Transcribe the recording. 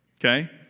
Okay